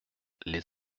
les